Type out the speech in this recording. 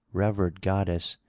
revered goddess,